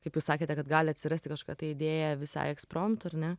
kaip jūs sakėte kad gali atsirasti kažkokia tai idėja visai ekspromtu ar ne